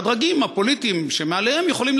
והדרגים הפוליטיים שמעליהם יכולים